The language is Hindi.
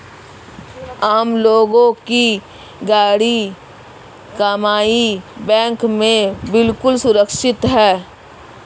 आम लोगों की गाढ़ी कमाई बैंक में बिल्कुल सुरक्षित है